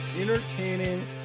entertaining